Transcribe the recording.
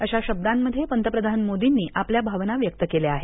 अशा शब्दांमध्ये पंतप्रधान मोदींनी आपल्या भावना व्यक्त केल्या आहेत